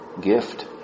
gift